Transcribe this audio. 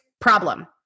problem